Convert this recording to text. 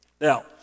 Now